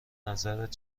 نظرت